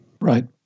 Right